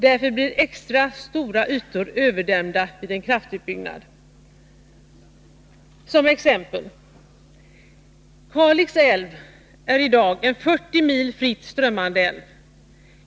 Därför blir extra stora ytor överdämda vid en kraftutbyggnad. Jag vill nämna följande som exempel: Kalix älv är i dag en 40 mil fritt strömmande älv.